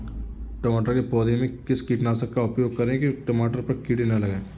टमाटर के पौधे में किस कीटनाशक का उपयोग करें कि टमाटर पर कीड़े न लगें?